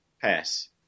pass